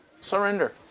surrender